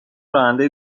راننده